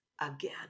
again